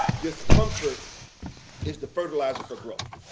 discomfort is the fertilizer for growth.